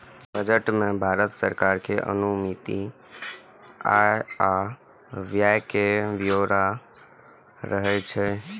budget मे भारत सरकार के अनुमानित आय आ व्यय के ब्यौरा रहै छै